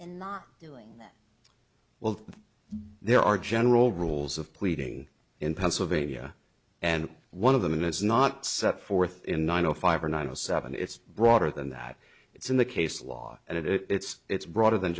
doing well there are general rules of pleading in pennsylvania and one of them is not set forth in nine o five or nine o seven it's broader than that it's in the case law and it's it's broader than